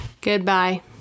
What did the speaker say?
Goodbye